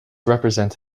represents